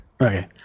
okay